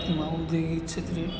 એમાં ઔદ્યોગિક ક્ષેત્રે